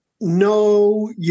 No